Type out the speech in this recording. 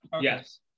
Yes